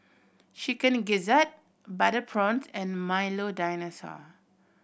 Chicken Gizzard butter prawns and Milo Dinosaur